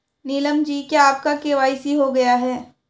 नीलम जी क्या आपका के.वाई.सी हो गया है?